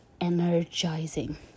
energizing